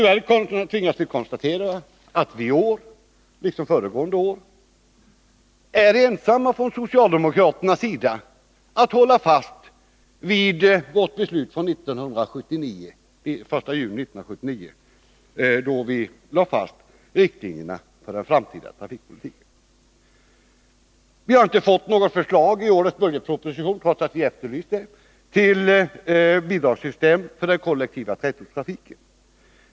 Men vi tvingas nu konstatera att vi i år, liksom föregående år, är ensamma från socialdemokraternas sida om att hålla fast vid det beslut som fastställts att gälla från den 1 juni 1979, då riktlinjerna för den framtida trafikpolitiken lades fast. Vi har inte fått något förslag i årets budgetproposition, trots att vi efterlyst ett sådant, till bidrag för den kollektiva tätortstrafiken.